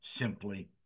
simply